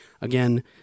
Again